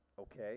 okay